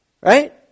right